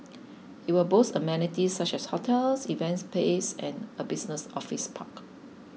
it will boast amenities such as hotels events spaces and a business office park